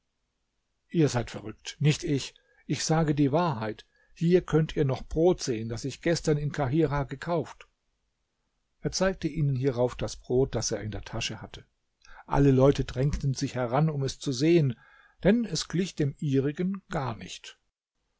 ihr seid verrückt nicht ich ich sage die wahrheit hier könnt ihr noch brot sehen das ich gestern in kahirah gekauft er zeigte ihnen hierauf das brot das er in der tasche hatte alle leute drängten sich heran um es zu sehen denn es glich dem ihrigen gar nicht